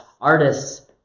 artists